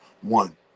one